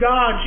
God